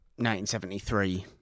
1973